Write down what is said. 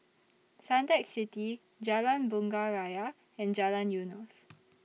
Suntec City Jalan Bunga Raya and Jalan Eunos